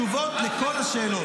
מה השאלה?